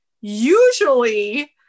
Usually